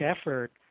effort